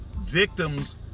Victims